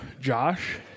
Josh